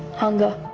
hunger.